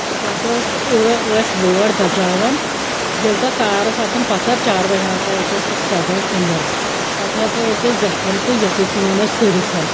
أسۍ ہَسا ٲسۍ آ ٲسۍ وٲر بچاوَن ییٚلہِ تتھ تار ٲس آسان پتھٕر چاروٲے ہَسا ٲسۍ تتھ سیٚدان انٛدر پَتہٕ ہَسا ٲسۍ أسۍ گَژھان تہٕ یہِ أسۍ أسۍ ژھُنان أسۍ کٔڈِتھ